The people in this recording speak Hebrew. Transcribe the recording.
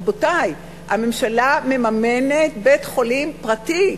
רבותי, הממשלה מממנת בית-חולים פרטי.